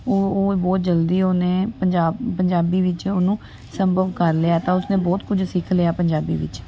ਉਹ ਉਹ ਬਹੁਤ ਜਲਦੀ ਉਹਨੇ ਪੰਜਾਬ ਪੰਜਾਬੀ ਵਿੱਚ ਉਹਨੂੰ ਸੰਭਵ ਕਰ ਲਿਆ ਤਾਂ ਉਸਨੇ ਬਹੁਤ ਕੁਝ ਸਿੱਖ ਲਿਆ ਪੰਜਾਬੀ ਵਿੱਚ